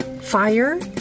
fire